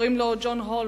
שקוראים לו ג'ון הולמס,